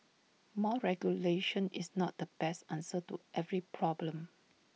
more regulation is not the best answer to every problem